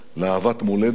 לאהבת מולדת,